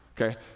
okay